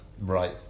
Right